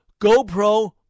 GoPro